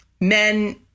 men